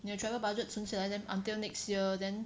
你的 travel budget 存起来 then until next year then